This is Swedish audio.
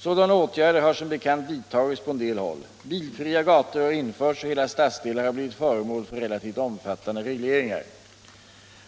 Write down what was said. Sådana åtgärder har som bekant vidtagits på en del håll. Bilfria gator har införts och hela stadsdelar har blivit föremål för relativt omfattande regleringar.